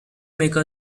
make